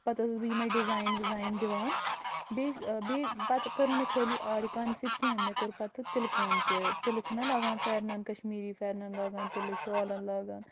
پتہٕ ٲسٕس بہٕ یِمَے ڈِزاین وِزاین دِوان بیٚیہِ بیٚیہِ پتہٕ کٔر نہٕ مےٚ خٲلی آرِ کامہِ سۭتۍ کیٚنٛہہ مےٚ کوٚر پتہٕ تِلہٕ کٲم تہِ تِلہٕ چھِ نا لاگان فٮ۪رنَن کٔشمیٖری فٮ۪رنَن لاگان تِلہٕ شالَن لاگان